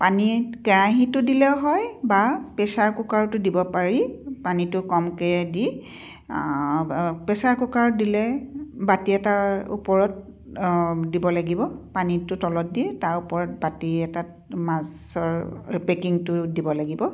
পানীত কেৰাহীতো দিলেও হয় বা প্ৰেচাৰ কুকাৰতো দিব পাৰি পানীটো কমকৈ দি প্ৰেচাৰ কুকাৰত দিলে বাটি এটাৰ ওপৰত দিব লাগিব পানীটো তলত দি তাৰ ওপৰত বাটি এটাত মাছৰ পেকিংটো দিব লাগিব